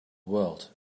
world